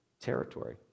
territory